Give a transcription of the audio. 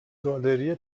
گالری